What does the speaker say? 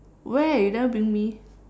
where you never bring me